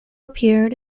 appeared